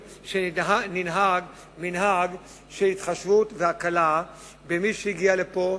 שננהג מנהג של התחשבות והקלה במי שהגיע לפה,